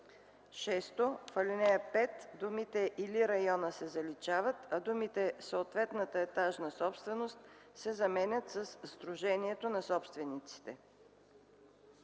6. В ал. 5 думите „или района” се заличават, а думите „съответната етажна собственост” се заменят със „сдружението на собствениците”.”